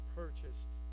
purchased